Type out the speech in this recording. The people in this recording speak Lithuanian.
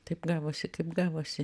taip gavosi kaip gavosi